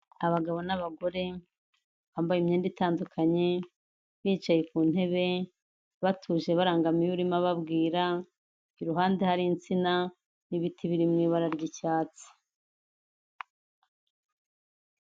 Abagabo n'abagore bambaye imyenda itandukanye, bicaye ku ntebe, batuje barangamiwe urimo ababwira, iruhande hari insina n'ibiti biri mu ibara ry'icyatsi.